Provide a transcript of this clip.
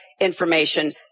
information